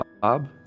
Bob